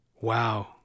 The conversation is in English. Wow